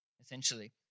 essentially